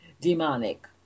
demonic